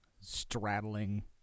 straddling